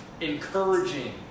Encouraging